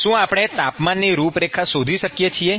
શું આપણે તાપમાનની રૂપરેખા શોધી શકીએ છીએ